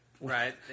Right